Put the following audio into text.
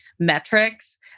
metrics